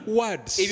words